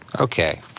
Okay